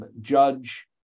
judge